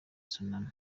tsunami